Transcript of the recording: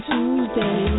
Tuesday